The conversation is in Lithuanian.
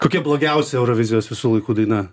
kokia blogiausia eurovizijos visų laikų daina